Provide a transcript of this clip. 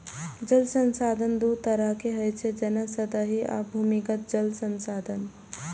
जल संसाधन दू तरहक होइ छै, जेना सतही आ भूमिगत जल संसाधन